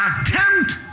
attempt